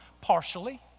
partially